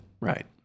Right